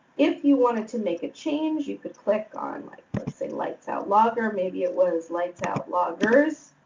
if you wanted to make a change, you could click on, like, let's say lights-out-lager. maybe it was lights-out-lagers,